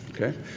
Okay